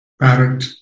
parrot